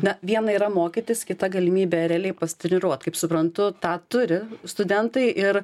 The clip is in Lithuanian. na viena yra mokytis kita galimybė realiai pasitreniruot kaip suprantu tą turi studentai ir